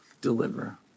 deliver